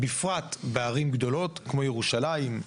בפרט בערים גדולות כמו ירושלים,